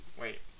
Wait